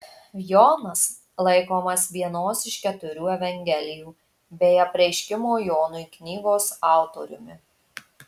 jonas laikomas vienos iš keturių evangelijų bei apreiškimo jonui knygos autoriumi